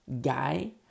guy